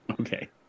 Okay